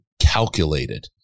calculated